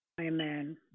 Amen